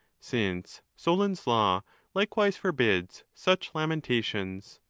since solon s law likewise forbids such lamenta tions.